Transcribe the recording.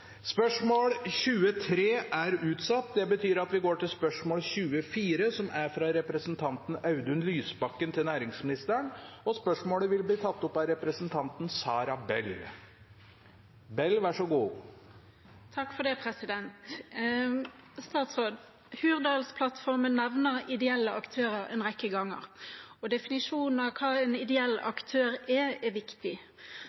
til neste spørretime. Dette spørsmålet, fra representanten Audun Lysbakken til næringsministeren, vil bli tatt opp av representanten Sara Bell. «Hurdalsplattformen nevner ideelle aktører en rekke ganger. Definisjonen av hva en ideell aktør er, er viktig. Etter tiår med anbudsregimer i offentlig sektor har mange ideelle aktører